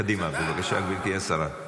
קדימה, בבקשה, גברתי השרה.